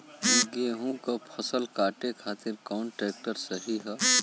गेहूँक फसल कांटे खातिर कौन ट्रैक्टर सही ह?